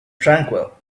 tranquil